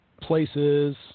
places